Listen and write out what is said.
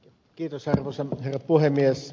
arvoisa herra puhemies